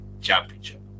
Championship